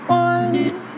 one